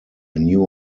new